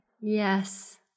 Yes